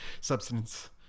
substance